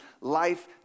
life